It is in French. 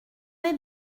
est